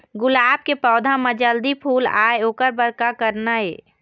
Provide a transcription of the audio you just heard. गुलाब के पौधा म जल्दी फूल आय ओकर बर का करना ये?